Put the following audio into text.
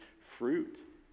fruit